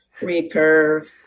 recurve